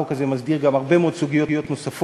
החוק הזה מסדיר הרבה מאוד סוגיות נוספות,